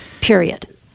Period